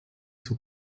zur